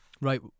Right